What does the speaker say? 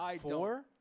Four